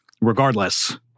regardless